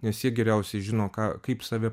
nes jie geriausiai žino ką kaip save